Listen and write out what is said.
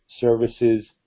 services